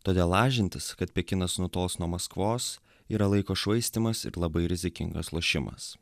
todėl lažintis kad pekinas nutols nuo maskvos yra laiko švaistymas ir labai rizikingas lošimas